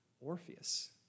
Orpheus